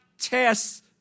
tests